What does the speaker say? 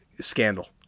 scandal